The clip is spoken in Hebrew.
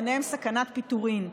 ביניהן סכנת פיטורים.